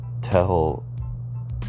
tell